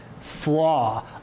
flaw